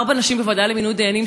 ארבע נשים בוועדה לבחירת דיינים,